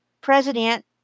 president